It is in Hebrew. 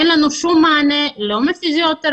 אין לנו שום מענה, לא מפיזיותרפיה,